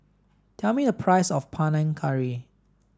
tell me the price of Panang Curry